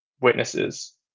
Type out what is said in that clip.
witnesses